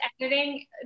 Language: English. editing